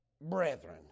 brethren